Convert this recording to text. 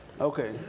Okay